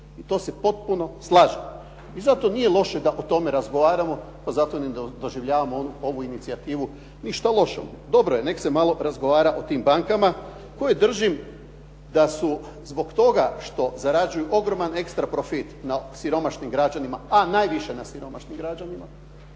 i to se potpuno slažem. I zato nije loše da o tome razgovaramo, pa zato ne doživljavamo ovu inicijativu ništa lošom. Dobro je, neka se malo razgovara o tim bankama, koje držim da su zbog toga što zarađuju ekstra profit na siromašnim građanima, a najviše na siromašnim građanima,